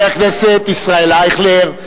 תודה רבה לחבר הכנסת ישראל אייכלר.